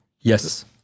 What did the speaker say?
Yes